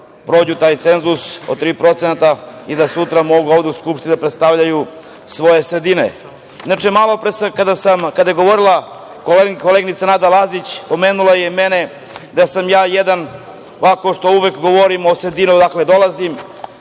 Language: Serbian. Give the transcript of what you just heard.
prođu taj cenzus od 3% i da sutra mogu ovde u Skupštini da predstavljaju svoje sredine. Inače, malopre kada je govorila koleginica Nada Lazić pomenula je mene, da sam ja jedan koji uvek govori o sredini odakle dolazim,